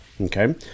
Okay